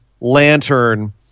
lantern